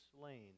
slain